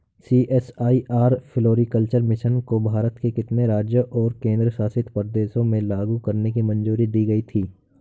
CSIR floriculture mission को भारत के कितने राज्यों और केंद्र शासित प्रदेशों में लागू करने की मंजूरी दी गई थी?